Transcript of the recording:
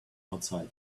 outside